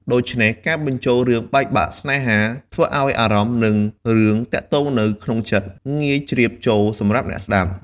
ដូច្នេះ ការបញ្ជូលរឿងបែកបាក់ស្នេហា ធ្វើឲ្យអារម្មណ៍ និងរឿងទាក់ទងនៅក្នុងចិត្ត ងាយជ្រាបចូលសម្រាប់អ្នកស្តាប់។